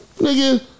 nigga